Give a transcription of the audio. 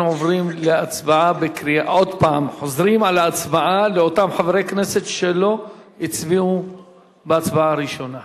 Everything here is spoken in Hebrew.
אנחנו חוזרים על ההצבעה לאותם חברי כנסת שלא הצביעו בהצבעה הראשונה.